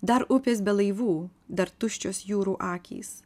dar upės be laivų dar tuščios jūrų akys